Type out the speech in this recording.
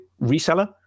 reseller